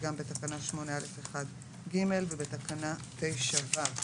וגם בתקנה 8א1(ג) ובתקנה 9(ז).